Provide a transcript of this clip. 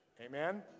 Amen